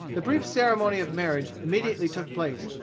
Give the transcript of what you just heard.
the brief ceremony of marriage immediately took place,